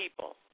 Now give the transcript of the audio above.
people